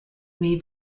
may